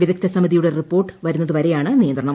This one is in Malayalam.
വിദഗ്ധ സ്മിതിയുടെ റിപ്പോർട്ട് വരുന്നതുവരെയാണ് നിയന്ത്രണം